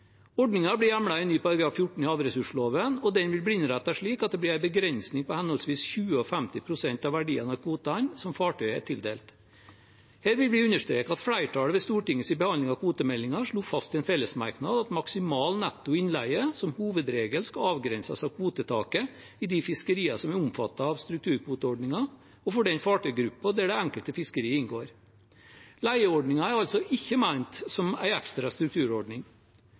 i ny § 14 i havressursloven, og den vil bli innrettet slik at det blir en begrensning på henholdsvis 20 og 50 pst. av verdiene av kvotene som fartøyet er tildelt. Her vil vi understreke at flertallet ved Stortingets behandling av kvotemeldingen slo fast i en fellesmerknad at maksimal netto innleie som hovedregel skal avgrenses av kvotetaket i de fiskeriene som er omfattet av strukturkvoteordningen, og for fartøygruppen der det enkelte fiskeri inngår. Leieordningen er altså ikke ment som en ekstra strukturordning.